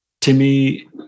Timmy